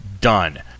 done